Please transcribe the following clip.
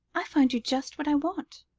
i find you just what i want,